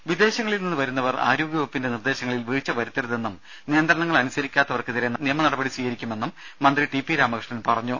ദേഴ വിദേശങ്ങളിൽ നിന്ന് വരുന്നവർ ആരോഗ്യവകുപ്പിന്റെ നിർദേശങ്ങളിൽ വീഴ്ച വരുത്തരുതെന്നും നിയന്ത്രണങ്ങൾ അനുസരിക്കാത്തവർക്കെതിരെ നിയമനടപടി സ്വീകരിക്കുമെന്നും മന്ത്രി ടി പി രാമകൃഷ്ണൻ പറഞ്ഞു